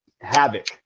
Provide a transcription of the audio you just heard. havoc